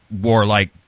warlike